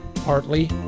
partly